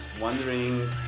wondering